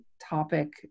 topic